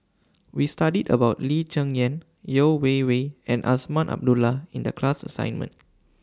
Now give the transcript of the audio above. We studied about Lee Cheng Yan Yeo Wei Wei and Azman Abdullah in The class assignment